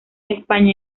españa